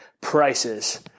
prices